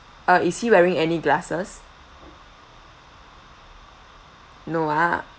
uh is he wearing any glasses no ah